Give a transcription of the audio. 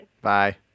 Bye